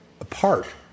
apart